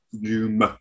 doom